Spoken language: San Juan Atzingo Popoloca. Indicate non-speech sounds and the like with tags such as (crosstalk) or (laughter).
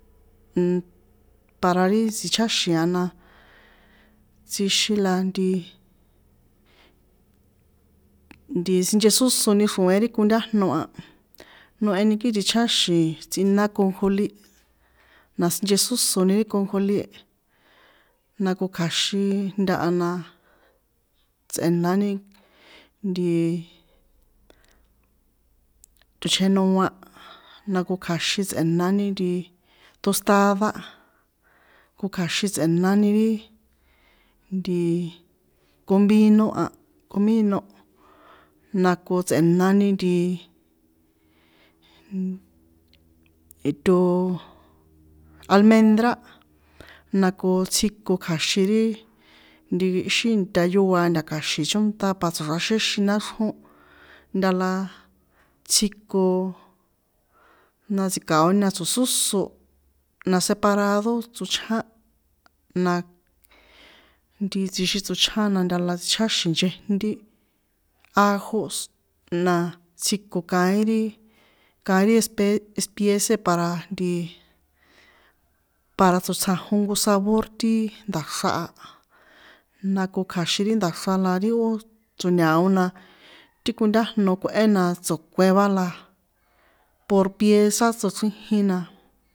(hesitation) para ri tsichjáxin a na, tsjixin la ntii, ntii sinchesósóni xro̱én ri kontajno a, noheni kixin ticháxi̱n tsꞌina konjolín, na sinchesósoni ri konjolín, na ko kja̱xin ntaha na, tsꞌe̱nani ntiiii, chochjenoa na ko kja̱xin tsꞌe̱nani ntiii, tostada, ko kja̱xin tsꞌe̱nani ri ntiiii, komino a, komino, na ko tsꞌe̱nani ntiiiii, nnn itooooo, almendra, na ko tsjiko kja̱xin ri nti íxi ntayoa ntaka̱xi̱ chónṭa pa tsoxraxé náxrjó tsjiko na tsjika̱oni na tso̱sóso na separado tsochján, na nti tsjixin tsochján na nta la tsicháxín nchejntí, ajos na tsjiko kaín ri, kaín ri esp espiece para nti para tso tsjanjon nko sabor ti nda̱xra a, na ko kja̱xi̱n ri nda̱xra na ti tso̱ña̱o na ti kontájno kꞌuén na tsokuen va la, por pieza tsochrijin na.